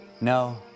No